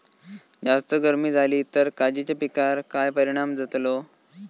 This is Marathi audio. जास्त गर्मी जाली तर काजीच्या पीकार काय परिणाम जतालो?